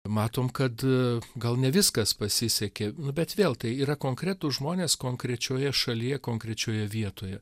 matom kad gal ne viskas pasisekė nu bet vėl tai yra konkretūs žmonės konkrečioje šalyje konkrečioje vietoje